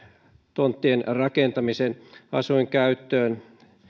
tonttien rakentamisen asuinkäyttöön